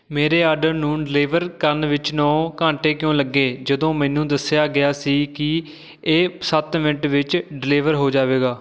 ਮੇਰੇ ਆਰਡਰ ਨੂੰ ਡਿਲੀਵਰ ਕਰਨ ਵਿੱਚ ਨੌ ਘੰਟੇ ਕਿਉਂ ਲੱਗੇ ਜਦੋਂ ਮੈਨੂੰ ਦੱਸਿਆ ਗਿਆ ਸੀ ਕਿ ਇਹ ਸੱਤ ਮਿੰਟ ਵਿੱਚ ਡਿਲੀਵਰ ਹੋ ਜਾਵੇਗਾ